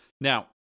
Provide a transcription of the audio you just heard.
Now